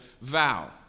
vow